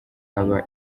haba